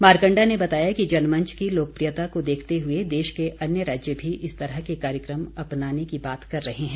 मारकण्डा ने बताया कि जनमंच की लोकप्रियता को देखते हुए देश के अन्य राज्य भी इस तरह के कार्यक्रम अपनाने की बात कर रहे हैं